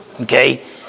Okay